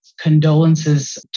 condolences